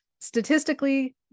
statistically